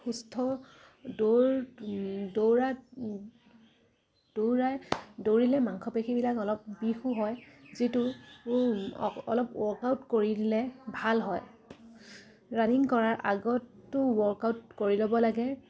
সুস্থ দৌৰ দৌৰা দৌৰা দৌৰিলে মাংসপেশীবিলাক অলপ বিষো হয় যিটো অলপ ৱৰ্কআউট কৰি দিলে ভাল হয় ৰানিং কৰাৰ আগতো ৱৰ্কআউট কৰি ল'ব লাগে